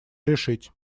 решить